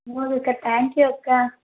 అక్క thank you అక్క